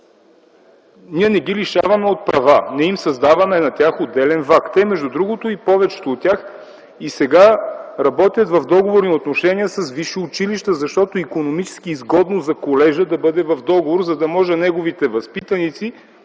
Ние не ги лишаваме от права, не им създаваме на тях отделен ВАК. Между другото повечето от тях и сега работят в договорни отношения с висши училища, защото икономически изгодно за колежа е да бъде в договор, за да може неговите възпитаници